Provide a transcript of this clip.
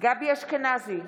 גבי אשכנזי,